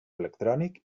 electrònic